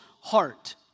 heart